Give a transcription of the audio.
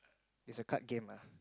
is a card game ah